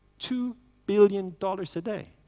two billion dollars a day.